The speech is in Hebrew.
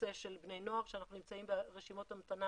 הנושא של בני נוער שאנחנו נמצאים ברשימות המתנה